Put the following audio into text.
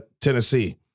Tennessee